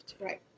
Right